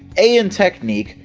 a in technique,